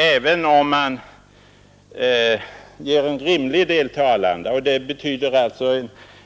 Även om man ger en rimlig del av överskottet till Arlanda — och det betyder alltså